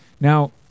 Now